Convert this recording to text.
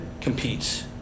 competes